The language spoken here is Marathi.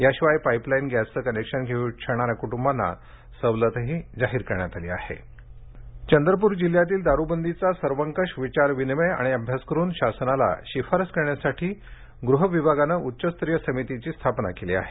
याशिवाय पाईपलाईन गॅस चे कनेक्शन घेऊ इच्छणाऱ्या कुटुंबाना सवलतही जाहीर करण्यात आली आहे चंद्रपूर दारूबंदी चंद्रपूर जिल्ह्यातील दारूबंदीचा सर्वकष विचारविनिमय आणि अभ्यास करून शासनास शिफारस करण्यासाठी गृहविभागाने उच्चस्तरीय समिती स्थापन केली आहे